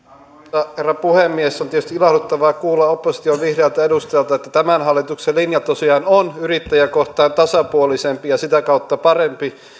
arvoisa herra puhemies on tietysti ilahduttavaa kuulla opposition vihreältä edustajalta että tämän hallituksen linja tosiaan on yrittäjää kohtaan tasapuolisempi ja sitä kautta parempi